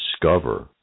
discover